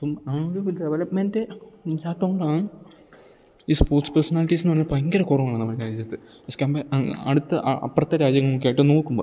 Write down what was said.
അപ്പം അങ്ങനൊരു ഡെവലപ്മെൻറ് ഇല്ലാത്തോണ്ടാണ് ഈ സ്പോർട്സ് പേഴ്സണാലിറ്റീസ് എന്ന് പറഞ്ഞാൽ ഭയങ്കര കുറവാണ് നമ്മുടെ രാജ്യത്ത് അടുത്ത് അപ്പുറത്തെ രാജ്യങ്ങളുമൊക്കെയായിട്ട് നോക്കുമ്പം